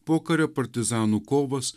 pokario partizanų kovos